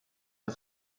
and